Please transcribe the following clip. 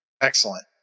Excellent